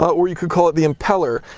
or you could call it the impeller,